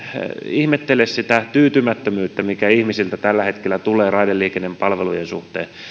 ihmettele sitä tyytymättömyyttä mitä ihmisiltä tällä hetkellä tulee raideliikenteen palvelujen suhteen